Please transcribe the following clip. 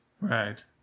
Right